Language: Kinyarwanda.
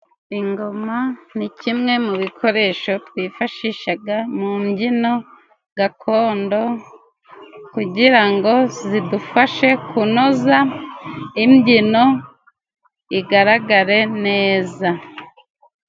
Ingoma ni kimwe mu bikoresho twifashishaga mu mbyino gakondo, kugira ngo zidufashe kunoza imbyino, igaragare neza.